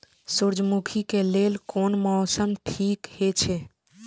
सूर्यमुखी के लेल कोन मौसम ठीक हे छे?